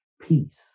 peace